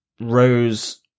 Rose